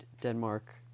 Denmark